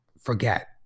forget